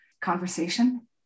conversation